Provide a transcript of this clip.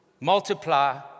multiply